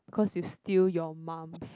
because you steal your mum's